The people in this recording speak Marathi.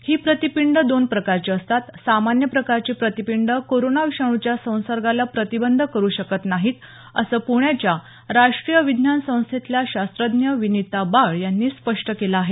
ही प्रतिपिंड दोन प्रकारची असतात सामान्य प्रकारची प्रतिपिंडं कोरोना विषाणूच्या संसर्गाला प्रतिबंध करू शकत नाहीत असं पुण्याच्या राष्ट्रीय विज्ञान संस्थेतल्या शास्त्रज्ञ विनिता बाळ यांनी स्पष्ट केलं आहे